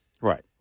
Right